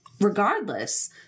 regardless